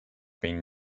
been